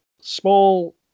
small